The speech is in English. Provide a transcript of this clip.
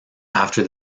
after